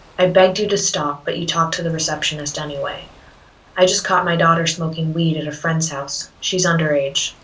i begged you to stop but you talked to the receptionist anyway i just caught my daughter smoking weed at a friend's house. she's underage.